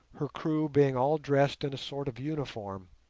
her crew being all dressed in a sort of uniform,